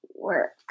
work